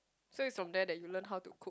so it's from there you learn how to